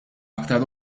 aktar